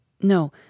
No